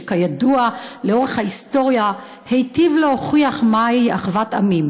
שכידוע לאורך ההיסטוריה היטיב להוכיח מהי אחוות עמים,